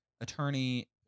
attorney